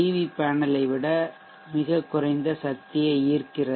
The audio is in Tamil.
வி பேனலை விட மிகக் குறைந்த சக்தியை ஈர்க்கிறது